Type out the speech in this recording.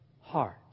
heart